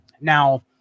Now